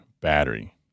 battery